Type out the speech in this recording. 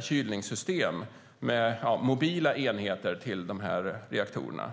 kylningssystem med mobila enheter för reaktorerna.